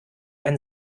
ein